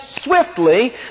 swiftly